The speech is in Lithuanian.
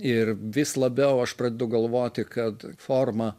ir vis labiau aš pradedu galvoti kad forma